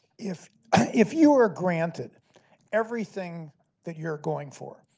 if if you were granted everything that you're going for,